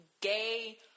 gay